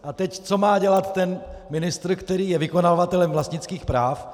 A teď co má dělat ten ministr, který je vykonavatelem vlastnických práv?